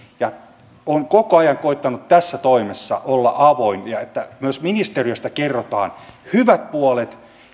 ja olen koko ajan koettanut tässä toimessa olla avoin että myös ministeriöstä kerrotaan hyvät puolet